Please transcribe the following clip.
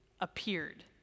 appeared